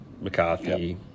McCarthy